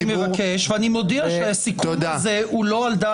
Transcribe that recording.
אני מבקש ואני מודיע שהסיכום הזה הוא לא דעת סיעת העבודה.